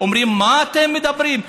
אומרים: מה אתם מדברים?